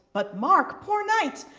but mark, poor knight.